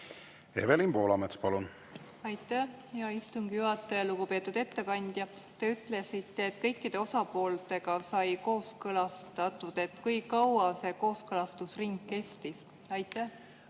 Evelin Poolamets, palun! Aitäh, hea istungi juhataja! Lugupeetud ettekandja! Te ütlesite, et kõikide osapooltega sai kooskõlastatud. Kui kaua see kooskõlastusring kestis? Aitäh,